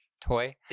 toy